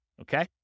Okay